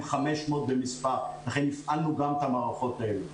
500 במספר ולכן הפעלנו גם את המערכות האלה.